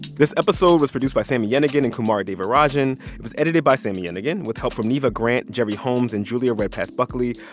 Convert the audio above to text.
this episode was produced by sami yenigun and kumari devarajan. it was edited by sami yenigun with help from neva grant, gerry holmes and julia redpath buckley.